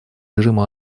режиму